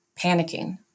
panicking